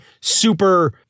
super